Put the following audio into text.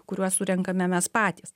kuriuos surenkame mes patys